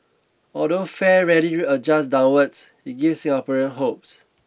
although fare rarely adjusts downwards it gives Singaporeans hopeS